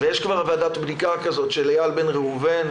ויש כבר ועדת בדיקה כזאת של איל בן ראובן,